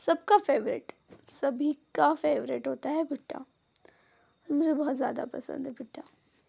सबका फैवरेट सभी का फेवरेट होता है भुट्टा मुझे बहुत ज्यादा पसंद है भुट्टा